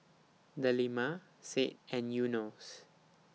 Delima Said and Yunos